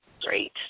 great